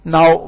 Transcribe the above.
Now